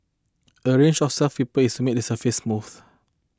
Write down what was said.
a range of is made the surface smooth